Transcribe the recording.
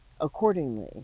accordingly